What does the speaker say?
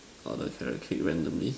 all the carrot cake randomly